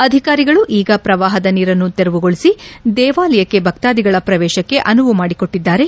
ಅಧಿಕಾರಿಗಳು ಈಗ ಪ್ರವಾಹದ ನೀರನ್ನು ತೆರವುಗೊಳಿಸಿ ದೇವಾಲಯಕ್ಕೆ ಭಕ್ತಾದಿಗಳ ಪ್ರವೇಶಕ್ಕೆ ಅನುವು ಮಾಡಿಕೊಟ್ಟಿದ್ದಾರೆ